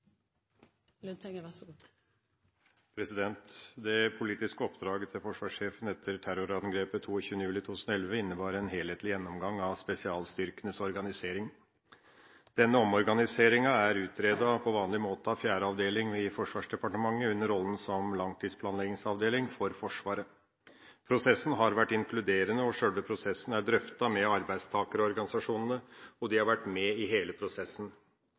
jeg i så fall ønske at opposisjonen hadde gitt mye tydeligere uttrykk for mye tidligere. Det politiske oppdraget til forsvarssjefen etter terrorangrepet 22. juli 2011 innebar en helhetlig gjennomgang av spesialstyrkenes organisering. Denne omorganiseringen er utredet på vanlig måte av fjerde avdeling i Forsvarsdepartementet under rollen som langtidsplanleggingsavdeling for Forsvaret. Prosessen har vært inkluderende. Selve prosessen er drøftet med arbeidstakerorganisasjonene, og de har vært med i hele prosessen.